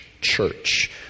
church